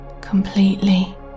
completely